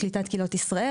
קליטת קהילות ישראל,